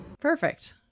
Perfect